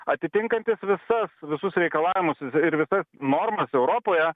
atitinkantis visas visus reikalavimus ir visas normas europoje